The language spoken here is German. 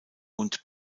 und